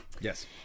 Yes